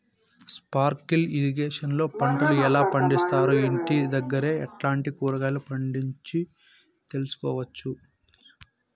Sprinkle irrigation లో పంటలు ఎలా పండిస్తారు, ఇంటి దగ్గరే ఎట్లాంటి కూరగాయలు పండించు తెలుసుకోవచ్చు?